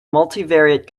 multivariate